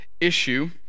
issue